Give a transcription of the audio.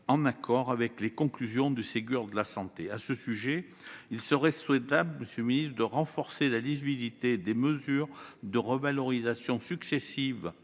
en accord avec les conclusions du Ségur de la santé. À ce sujet, il serait souhaitable, monsieur le ministre, de renforcer la lisibilité des mesures de revalorisation successives